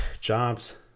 Jobs